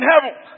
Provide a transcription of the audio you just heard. heaven